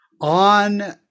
On